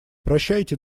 прощайте